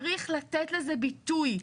צריך לתת לזה ביטוי.